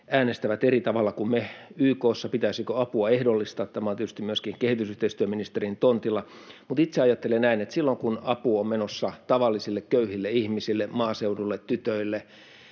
äänestävät eri tavalla kuin me YK:ssa, pitäisikö apua ehdollistaa. Tämä on tietysti myöskin kehitysyhteistyöministerin tontilla, mutta itse ajattelen näin, että silloin, kun apu on menossa tavallisille köyhille ihmisille, maaseudulle, tytöille,